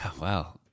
wow